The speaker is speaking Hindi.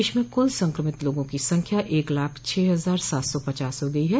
देश में कुल संक्रमित लोगों की संख्या एक लाख छह हजार सात सौ पचास हो गई है